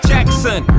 Jackson